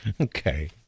Okay